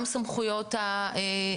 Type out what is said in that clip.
גם סמכויות הזיהוי,